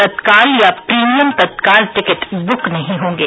तत्काल या premium Tatkal ticket book नहीं होंगे